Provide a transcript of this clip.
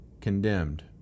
condemned